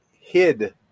hid